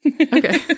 okay